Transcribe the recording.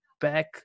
back